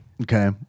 Okay